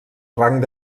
rang